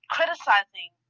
Criticizing